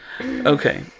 Okay